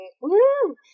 woo